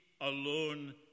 alone